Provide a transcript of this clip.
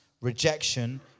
rejection